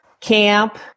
camp